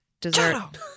dessert